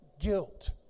guilt